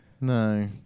No